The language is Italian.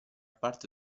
parte